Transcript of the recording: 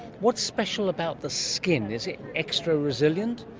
what's special about the skin? is it extra resilient?